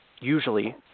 usually